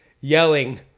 yelling